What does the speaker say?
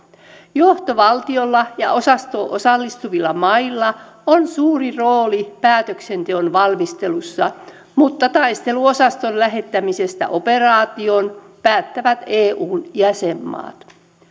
johtovaltiolla ja osastoon osallistuvilla mailla on suuri rooli päätöksenteon valmistelussa mutta taisteluosaston lähettämisestä operaatioon päättävät eun jäsenmaat